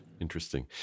Interesting